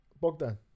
Bogdan